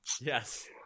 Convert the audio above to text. Yes